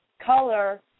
color